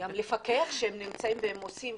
גם לפקח שהם עושים.